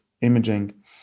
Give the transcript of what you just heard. imaging